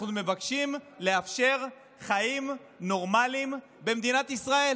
אנחנו מבקשים לאפשר חיים נורמליים במדינת ישראל.